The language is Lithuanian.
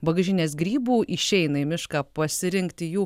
bagažinės grybų išeina į mišką pasirinkti jų